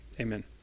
Amen